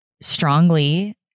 strongly